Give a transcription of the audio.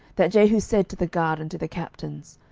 that jehu said to the guard and to the captains,